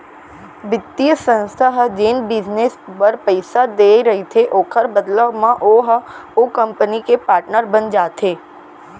बित्तीय संस्था ह जेन बिजनेस बर पइसा देय रहिथे ओखर बदला म ओहा ओ कंपनी के पाटनर बन जाथे